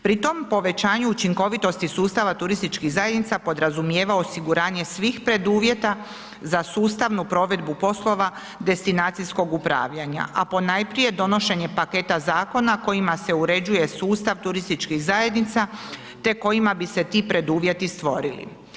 Pri tom povećanju učinkovitosti sustava turističkih zajednica podrazumijeva osiguranje svih preduvjeta za sustavnu provedbu poslova destinacijskog upravljanja a ponajprije donošenja paketa zakona kojima se uređuje sustav turističkih zajednica te kojima bi se ti preduvjeti stvorili.